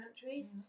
countries